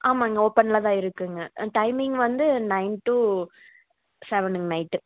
ஆமாங்க ஓப்பனில் தான் இருக்குங்க ஆ டைமிங் வந்து நைன் டூ சவனுங்க நைட்டு